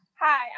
Hi